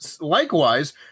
Likewise